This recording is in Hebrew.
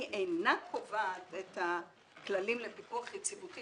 היא אינה קובעת את הכללים לפיקוח יציבותי